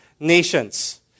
nations